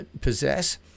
possess